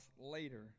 later